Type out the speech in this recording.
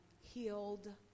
healed